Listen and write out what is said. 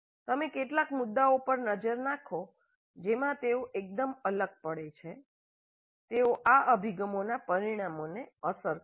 તમે કેટલાક મુદ્દાઓ પર નજર નાખો જેમાં તેઓ એકદમ અલગ પડે છે અન્ય મુદ્દાઓ છે કે જેના પર તેઓ જુદા પડે છે પરંતુ આ તે મુદ્દા છે જ્યાં તફાવતો નોંધપાત્ર છે તેઓ આ અભિગમોના પરિણામોને અસર કરે છે